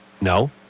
No